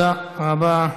תודה רבה.